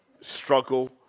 struggle